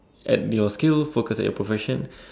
at your skill at your profession